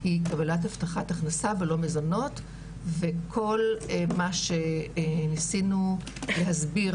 היא קבלת הבטחת הכנסה ולא מזונות וכל מה שניסינו להסביר